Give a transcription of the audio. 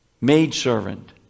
Maidservant